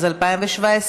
התשע"ז 2017,